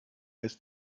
ist